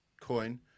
coin